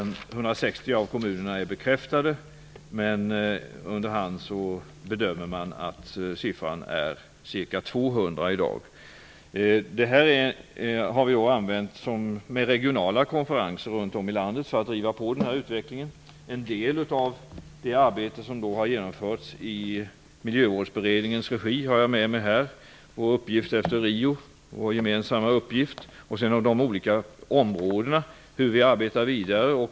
160 av kommunerna är bekräftade, men under hand bedömer man att siffran är ca 200 i dag. Det här har vi använt vid regionala konferenser runt om i landet för att driva på utvecklingen. En del av det arbete som har genomförts i Miljövårdsberedningens regi har jag med mig här: Vår uppgift efter Rio, Vår gemensamma uppgift. Om de olika områdena handlar Hur vi arbetar vidare.